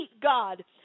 God